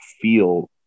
feel